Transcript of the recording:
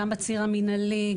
גם בציר המנהלי,